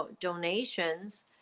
donations